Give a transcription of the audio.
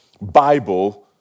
Bible